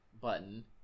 button